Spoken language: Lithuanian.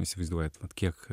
įsivaizduojat kiek